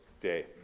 day